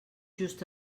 just